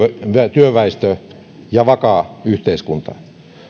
työväestö ja vakaa yhteiskunta